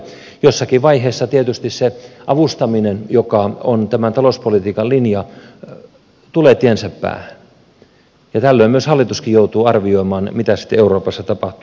jossakin vaiheessa tietysti se avustaminen joka on tämän talouspolitiikan linja tulee tiensä päähän ja tällöin hallituskin joutuu arvioimaan mitä sitten euroopassa tapahtuu